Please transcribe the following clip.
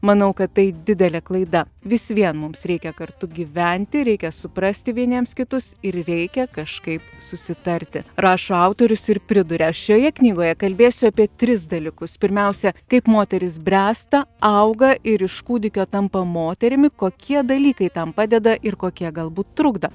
manau kad tai didelė klaida vis vien mums reikia kartu gyventi reikia suprasti vieniems kitus ir reikia kažkaip susitarti rašo autorius ir priduria šioje knygoje kalbėsiu apie tris dalykus pirmiausia kaip moterys bręsta auga ir iš kūdikio tampa moterimi kokie dalykai tam padeda ir kokie galbūt trukdo